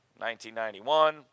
1991